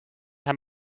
hem